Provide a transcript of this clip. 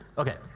okay.